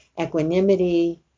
equanimity